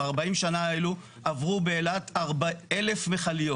ב-40 שנה האלו עברו באילת 1,000 מכליות,